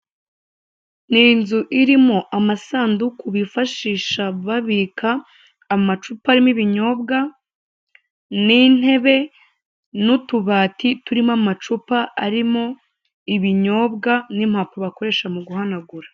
Ni inzu irimo amasanduku bifashisha babika amacupa arimo ibinyobwa n'intebe n'utubati turimo amacupa arimo ibinyobwa n'impapuro bakoresha mu guhanagura.